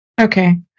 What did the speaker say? okay